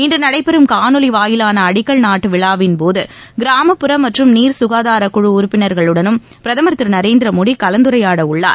இன்று நடைபெறும் காணொலி வாயிலான அடிக்கல் நாட்டு விழாவின்போது கிராமப்புற மற்றும் நீர் சுகாதார குழு உறப்பினர்களுடனும் பிரதமர் திரு நரேந்திர மோடி கலந்துரையாடவுள்ளார்